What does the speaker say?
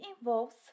involves